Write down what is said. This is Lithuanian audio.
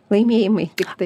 laimėjimai tiktai